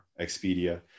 Expedia